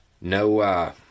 No